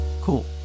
Cool